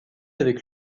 avec